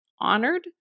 honored